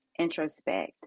introspect